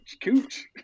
cooch